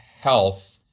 health